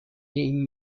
این